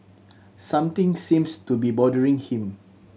something seems to be bothering him